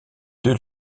deux